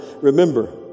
remember